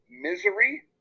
Misery